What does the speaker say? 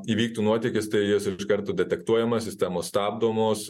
įvyktų nuotėkis tai jis iš karto detektuojamas sistemos stabdomos